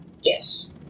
Yes